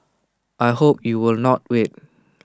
I hope you will not wait